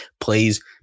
plays